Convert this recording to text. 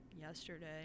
Yesterday